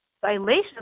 violation